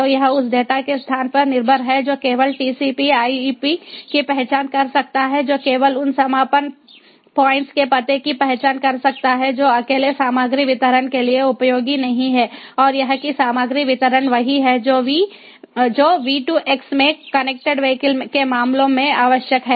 तो यह उस डेटा के स्थान पर निर्भर है जो केवल टीसीपी आईपी की पहचान कर सकता है जो केवल उन समापन पॉइंट्स के पते की पहचान कर सकता है जो अकेले सामग्री वितरण के लिए उपयोगी नहीं हैं और यह कि सामग्री वितरण वही है जो वी 2 एक्स में कनेक्टेड वीहिकल के मामलों में आवश्यक है